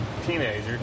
teenager